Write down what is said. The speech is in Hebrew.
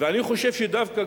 ואני חושב שדווקא,